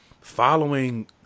following